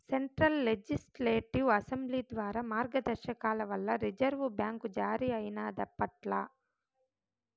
central legislative assembly ద్వారా మార్గదర్శకాల వల్ల రిజర్వు బ్యాంక్ జారీ అయినాదప్పట్ల